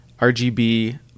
rgb